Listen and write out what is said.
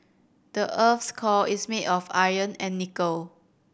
the earth's core is made of iron and nickel